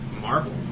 Marvel